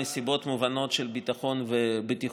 מסיבות מובנות של ביטחון ובטיחות,